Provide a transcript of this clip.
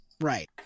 Right